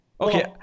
okay